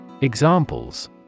Examples